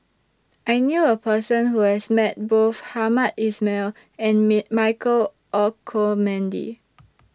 I knew A Person Who has Met Both Hamed Ismail and Michael Olcomendy